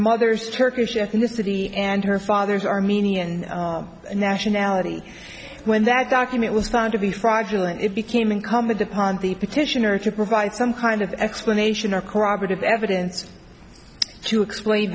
mother's turkish ethnicity and her father's armenian nationality when that document was found to be fraudulent it became incumbent upon the petitioner to provide some kind of explanation or corroborative evidence to explain